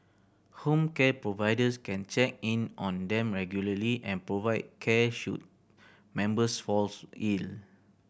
home care providers can check in on them regularly and provide care should members falls ill